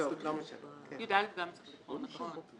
יהיה ברור.